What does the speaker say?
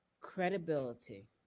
Credibility